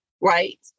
Right